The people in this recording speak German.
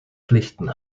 pflichten